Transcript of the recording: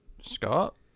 Scott